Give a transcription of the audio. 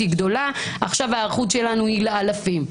עכשיו ההיערכות שלנו היא לאלפים.